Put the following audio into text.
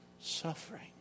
suffering